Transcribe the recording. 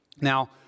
Now